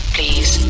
Please